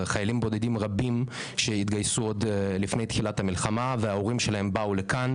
חיילים בודדים רבים שהתגייסו לפני תחילת המלחמה וההורים שלהם באו לכאן,